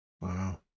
Wow